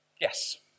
yes